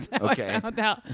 okay